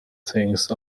things